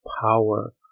power